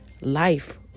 life